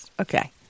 Okay